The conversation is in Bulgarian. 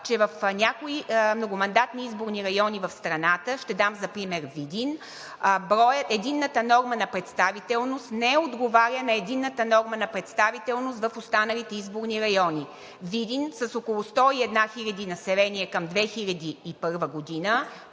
че в някои многомандатни изборни райони в страната – ще дам за пример Видин, единната норма на представителност не отговаря на единната норма на представителност в останалите изборни райони. Видин – с около 101 хиляди население към 2001 г.,